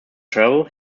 travel